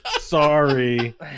Sorry